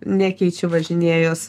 nekeičiu važinėjuos